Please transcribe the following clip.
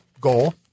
goal